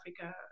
Africa